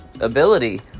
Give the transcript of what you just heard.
ability